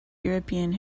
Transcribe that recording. european